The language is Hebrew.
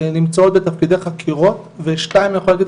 נמצאות בתפקידי חקירות ושתיים אני יכול להגיד,